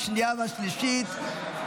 47 בעד, 29 נגד, אין נמנעים.